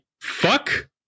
Fuck